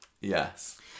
Yes